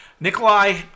Nikolai